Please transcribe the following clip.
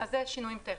זה תיקון טכני.